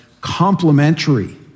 complementary